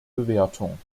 bewertung